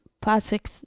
plastic